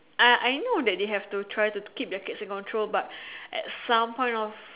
I I know that they have to try to keep their kids in control but at some point of